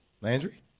Landry